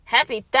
Happy